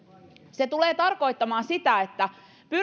se tulee tarkoittamaan sitä että